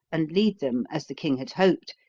and lead them, as the king had hoped,